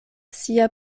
sia